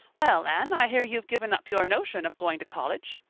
well, anne, i hear you've given up your notion of going to college.